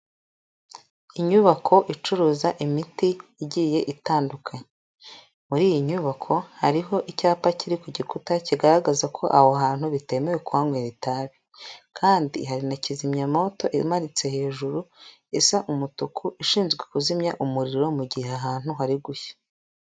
Inyubako icuruza imiti igiye itandukanye, muri iyi nyubako hariho icyapa kiri ku gikuta kigaragaza ko aho hantu bitemewe kuhanywera itabi, kandi hari na kizimyamoto imanitse hejuru isa umutuku ishinzwe kuzimya umuriro mu gihe ahantu hari gushya.